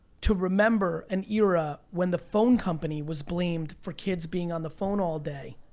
to remember an era when the phone company was blamed for kids being on the phone all day.